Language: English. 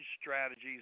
strategies